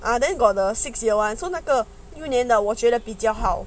ah then got the six year [one] so 那个六年的我觉得比较好